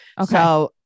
Okay